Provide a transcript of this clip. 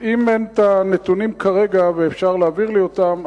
אם אין נתונים כרגע ואפשר להעביר לי אותם,